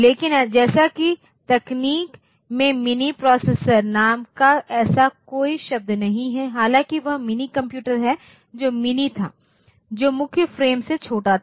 लेकिन जैसा कि तकनीक में मिनी प्रोसेसर नाम का ऐसा कोई शब्द नहीं है हालांकि वह मिनीकंप्यूटर है जो मिनी था जो मुख्य फ्रेम से छोटा था